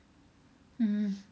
hmm